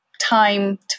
time